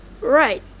Right